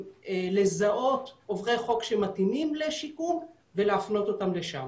לזהות עוברי חוק שמתאימים לשוק ולהפנות אותם לשם.